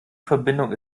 verbindung